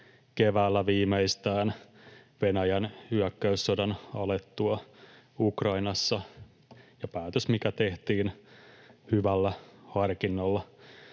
keväällä viimeistään Venäjän hyökkäyssodan alettua Ukrainassa, ja päätös tehtiin hyvällä harkinnalla.